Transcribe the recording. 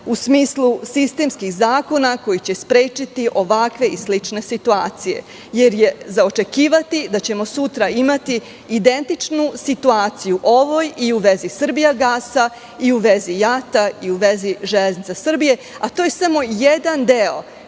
u smislu sistemskih zakona koji će sprečiti ovakve i slične situacije jer je za očekivati da ćemo sutra imati identičnu situaciju u ovoj, i u vezi "Srbijagasa", i u vezi "JAT-a" i vezi "Železnica Srbije", a to je samo jedan deo